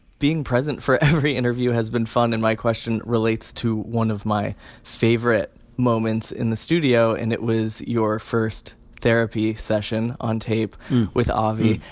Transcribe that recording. being present for every interview has been fun. and my question relates to one of my favorite moments in the studio. and it was your first therapy session on tape with ah oliver.